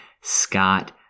Scott